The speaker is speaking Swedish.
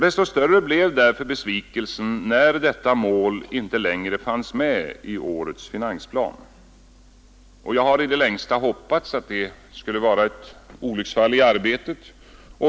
Desto större blev därför besvikelsen när detta mål inte längre fanns med i årets finansplan. Jag har i det längsta hoppats att det var ett olycksfall i arbetet.